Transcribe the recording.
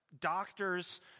doctors